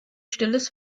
stilles